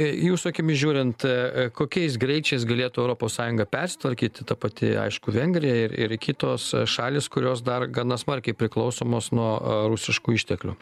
jūsų akimis žiūrint kokiais greičiais galėtų europos sąjunga persitvarkyt ta pati aišku vengrija ir ir kitos šalys kurios dar gana smarkiai priklausomos nuo rusiškų išteklių